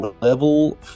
level